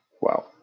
Wow